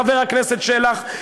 חבר הכנסת שלח,